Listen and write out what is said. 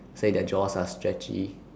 say their jaws are stretchy